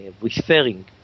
referring